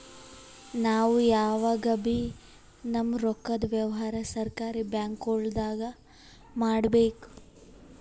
ನಾವ್ ಯಾವಗಬೀ ನಮ್ಮ್ ರೊಕ್ಕದ್ ವ್ಯವಹಾರ್ ಸರಕಾರಿ ಬ್ಯಾಂಕ್ಗೊಳ್ದಾಗೆ ಮಾಡಬೇಕು